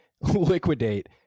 liquidate